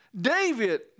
David